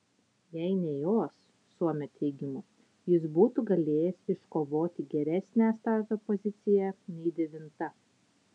jei ne jos suomio teigimu jis būtų galėjęs iškovoti geresnę starto poziciją nei devinta